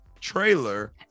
trailer